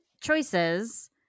choices